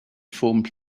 formed